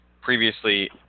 previously